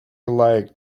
like